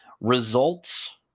results